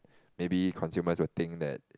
maybe consumers will think that